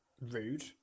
Rude